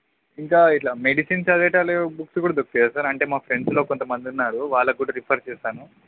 ఇంకా ఇట్లా మెడిసిన్స్ చదివేటోళ్ళు బుక్స్ కూడా దొరుకుతాయా సార్ అంటే మా ఫ్రెండ్స్లో కొంతమంది ఉన్నారు వాళ్ళకి కూడా రిఫర్ చేస్తాను